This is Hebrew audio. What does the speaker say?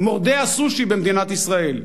"מורדי הסושי" במדינת ישראל,